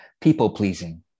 people-pleasing